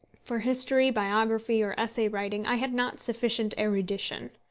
for history, biography, or essay writing i had not sufficient erudition.